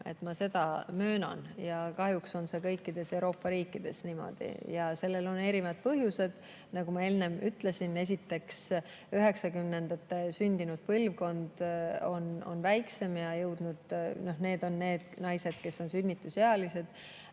ma seda möönan. Kahjuks on see kõikides Euroopa riikides niimoodi. Sellel on erinevad põhjused, nagu ma enne ütlesin. Esiteks, 1990‑ndatel sündinud põlvkond on väiksem, need on need naised, kes on sünnitusealised.